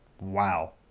Wow